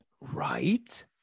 right